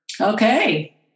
Okay